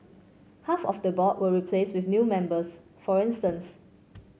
half of the board were replaced with new members for instance